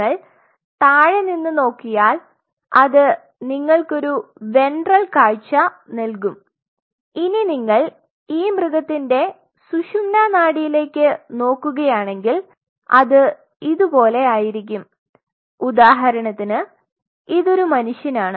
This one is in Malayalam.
നിങ്ങൾ തായെ നിന്ന് നോക്കിയാൽ അത് നിങ്ങൾക്ക് ഒരു വെൻട്രൽ കാഴ്ച നൽകും ഇനി നിങ്ങൾ ഈ മൃഗത്തിന്റെ സുഷുമ്നാ നാഡിലേക്ക് നോക്കുകയാണെങ്കിൽ അത് ഇതുപോലെയാരിക്കും ഉദാഹരണത്തിന് ഇത് ഒരു മനുഷ്യനാണ്